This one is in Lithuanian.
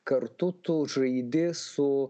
kartu tu žaidi su